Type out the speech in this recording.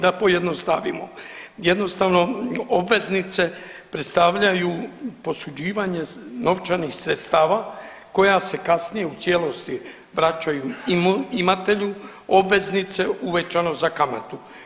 Da pojednostavimo, jednostavno obveznice predstavljaju posuđivanje novčanih sredstava koja se kasnije u cijelosti vraćaju imatelju obveznice uvećano za kamatu.